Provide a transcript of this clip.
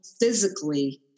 physically